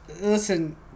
listen